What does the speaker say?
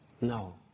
No